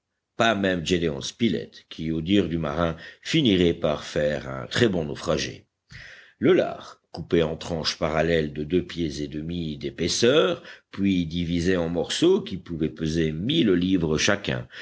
pas même gédéon spilett qui au dire du marin finirait par faire un très bon naufragé le lard coupé en tranches parallèles de deux pieds et demi d'épaisseur puis divisé en morceaux qui pouvaient peser mille livres chacun